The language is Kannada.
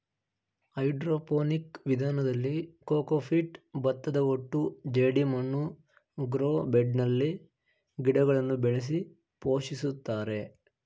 ಹೈಡ್ರೋಪೋನಿಕ್ ವಿಧಾನದಲ್ಲಿ ಕೋಕೋಪೀಟ್, ಭತ್ತದಹೊಟ್ಟು ಜೆಡಿಮಣ್ಣು ಗ್ರೋ ಬೆಡ್ನಲ್ಲಿ ಗಿಡಗಳನ್ನು ಬೆಳೆಸಿ ಪೋಷಿಸುತ್ತಾರೆ